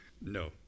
no